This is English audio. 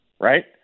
right